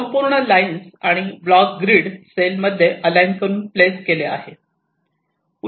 संपूर्ण लाइन्स आणि block grid cell मध्ये अलाईन करून प्लेस केले आहे